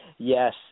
Yes